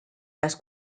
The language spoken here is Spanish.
las